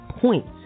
points